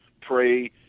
pray